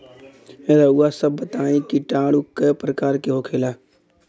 रउआ सभ बताई किटाणु क प्रकार के होखेला?